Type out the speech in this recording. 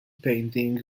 painting